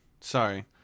Sorry